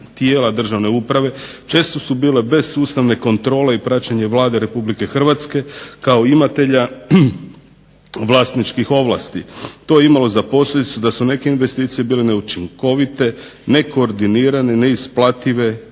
tijela državne uprave često su bile bez sustavne kontrole i praćenja Vlade Republike Hrvatske kao imatelja vlasničkih ovlasti. To je imalo za posljedicu da su neke investicije bile neučinkovite, nekoordinirane, neisplative,